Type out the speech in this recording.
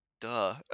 Duh